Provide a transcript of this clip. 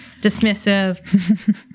dismissive